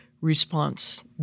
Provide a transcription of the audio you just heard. response